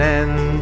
end